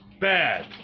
Bad